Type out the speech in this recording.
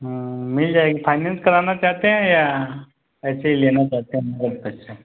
हाँ मिल जाएगी फाइनैंस कराना चाहते हैं या ऐसे ही लेना चाहते हैं नगद पैसे